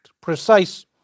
precise